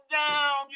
down